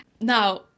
Now